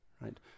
right